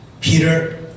Peter